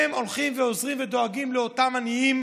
הם הולכים ועוזרים ודואגים לאותם עניים